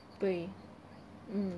对 mm